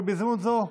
ובהזדמנות זו,